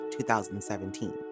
2017